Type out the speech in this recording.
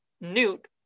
Newt